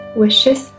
wishes